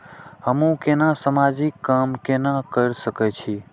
हमू केना समाजिक काम केना कर सके छी?